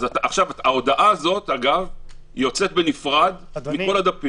ואגב, ההודעה הזאת יוצאת בנפרד מכל הדפים.